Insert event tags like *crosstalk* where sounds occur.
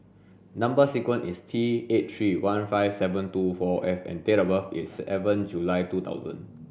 number sequence is T eight three one five seven two four F and date of birth is *unintelligible* July two thousand